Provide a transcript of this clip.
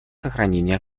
сохранении